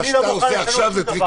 אני לא מוכן לשום דבר.